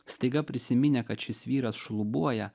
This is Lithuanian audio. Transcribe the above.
staiga prisiminę kad šis vyras šlubuoja